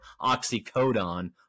oxycodone